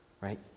Right